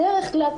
בדרך כלל,